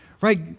right